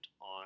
on